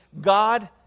God